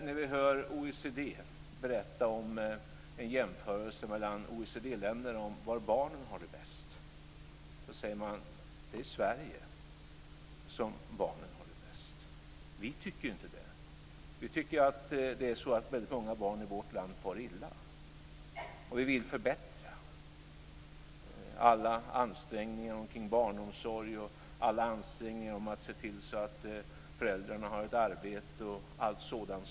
När vi hör OECD berätta om en jämförelse mellan OECD-länderna om var barnen har det bäst säger man att det är i Sverige som barnen har det bäst. Vi tycker inte det. Vi tycker att väldigt många barn i vårt land far illa, och vi vill förbättra alla ansträngningar när det gäller barnomsorg och att se till att föräldrarna har ett arbete och allt sådant.